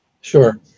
Sure